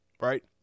right